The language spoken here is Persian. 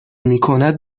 میکند